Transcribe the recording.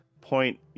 point